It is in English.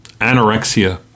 anorexia